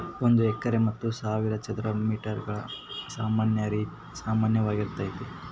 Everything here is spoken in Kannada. ಒಂದ ಹೆಕ್ಟೇರ್ ಹತ್ತು ಸಾವಿರ ಚದರ ಮೇಟರ್ ಗ ಸಮಾನವಾಗಿರತೈತ್ರಿ